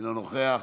אינו נוכח,